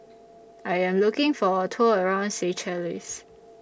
I Am looking For A Tour around Seychelles